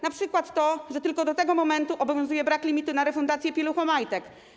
Na przykład to, że tylko do tego momentu obowiązuje brak limitu na refundację pieluchomajtek.